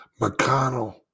McConnell